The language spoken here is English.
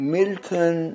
Milton